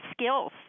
skills